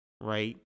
right